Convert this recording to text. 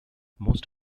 most